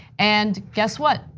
and guess what?